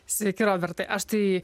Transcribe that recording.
sveiki robertai aš tai